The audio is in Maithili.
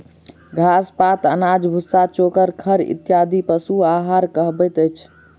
घास, पात, अनाज, भुस्सा, चोकर, खड़ इत्यादि पशु आहार कहबैत अछि